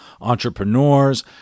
entrepreneurs